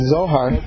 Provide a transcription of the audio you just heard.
Zohar